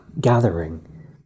gathering